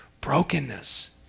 brokenness